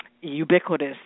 ubiquitous